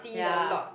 ya